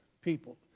people